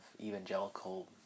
evangelical